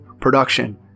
production